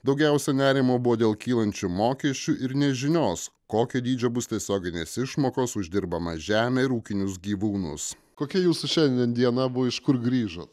daugiausia nerimo buvo dėl kylančių mokesčių ir nežinios kokio dydžio bus tiesioginės išmokos už dirbamą žemę ir ūkinius gyvūnus kokia jūsų šiandien diena buvo iš kur grįžot